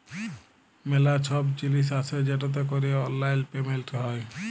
ম্যালা ছব জিলিস আসে যেটতে ক্যরে অললাইল পেমেলট হ্যয়